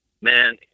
man